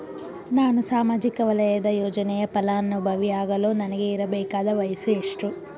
ನಾನು ಸಾಮಾಜಿಕ ವಲಯದ ಯೋಜನೆಯ ಫಲಾನುಭವಿ ಯಾಗಲು ನನಗೆ ಇರಬೇಕಾದ ವಯಸ್ಸು ಎಷ್ಟು?